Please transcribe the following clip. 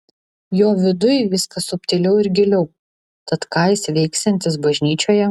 jo viduj viskas subtiliau ir giliau tad ką jis veiksiantis bažnyčioje